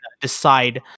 decide